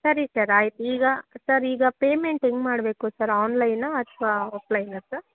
ಸರಿ ಸರ್ ಆಯ್ತು ಈಗ ಸರ್ ಈಗ ಪೇಮೆಂಟ್ ಹೆಂಗ್ ಮಾಡಬೇಕು ಸರ್ ಆನ್ಲೈನಾ ಅಥವಾ ಆಫ್ಲೈನಾ ಸರ್